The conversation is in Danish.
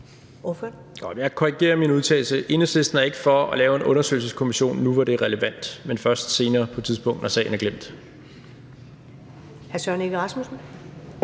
Jeg korrigerer min udtalelse: Enhedslisten er ikke for at lave en undersøgelseskommission nu, hvor det er relevant, men først på et senere tidspunkt, når sagen er glemt.